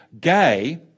gay